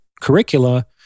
curricula